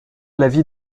l’avis